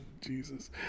Jesus